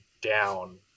down